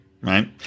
right